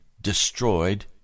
destroyed